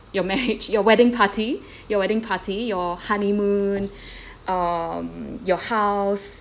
your marriage your wedding party your wedding party your honeymoon um your house